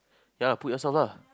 ya put yourself lah